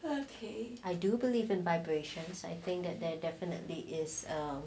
okay I do believe in vibrations I think that there definitely is